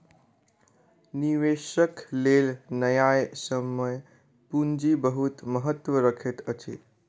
निवेशकक लेल न्यायसम्य पूंजी बहुत महत्त्व रखैत अछि